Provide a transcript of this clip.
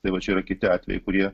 tai va čia yra kiti atvejai kurie